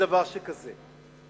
בדבר שכזה.